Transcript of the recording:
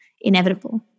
inevitable